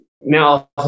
Now